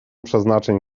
przeznaczeń